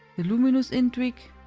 the luminious indrik